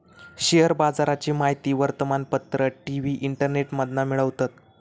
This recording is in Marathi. शेयर बाजाराची माहिती वर्तमानपत्र, टी.वी, इंटरनेटमधना मिळवतत